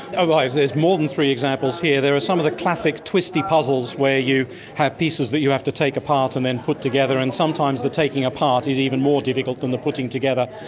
ah there's more than three examples here, there are some of the classic twisty puzzles where you have pieces that you have to take apart and then put together, and sometimes the taking part is even more difficult than the putting together.